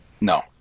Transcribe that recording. No